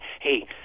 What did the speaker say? hey